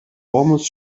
almost